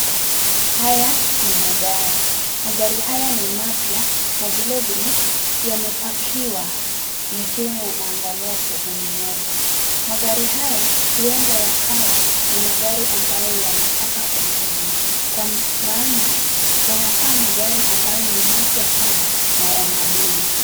Haya ni magari magari haya ni mapya na vile vile yamepakiwa yakiwa yanaangaliasehemu Moja magari haya huenda yakawa ni magari yanataka kuhuswakwa maana yanakaa ni magari mapya sana na yana bei